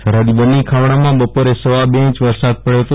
સરહદી બન્ની ખાવડામાં બપોરે સવા બે ઇંચ વરસાદ વરસ્યો હતો